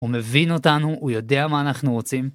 הוא מבין אותנו, הוא יודע מה אנחנו רוצים.